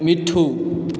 मिठ्ठु